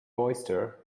oyster